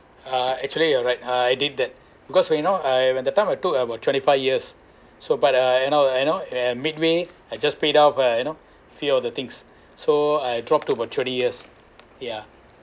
uh actually you are right uh I did that because we know I when the time I took about twenty five years so but uh you know you know I'm midway I just paid out uh you know free of the things so I dropped to about twenty years yeah